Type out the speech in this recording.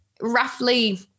roughly